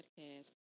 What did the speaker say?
podcast